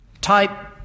type